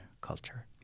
culture